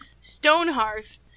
Stonehearth